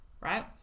right